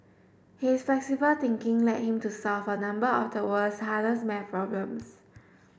his flexible thinking led him to solve a number of the world's hardest math problems